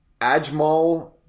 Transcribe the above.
Ajmal